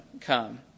come